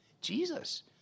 Jesus